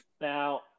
now